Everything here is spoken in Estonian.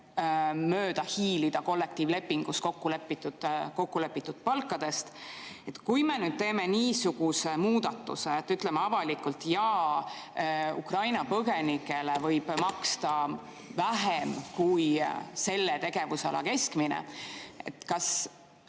mööda hiilida kollektiivlepingus kokkulepitud palkadest. Kui me nüüd teeme niisuguse muudatuse ja ütleme avalikult, et jaa, Ukraina põgenikele võib maksta vähem kui selle tegevusala keskmine, siis kas